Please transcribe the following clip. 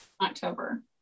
October